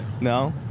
No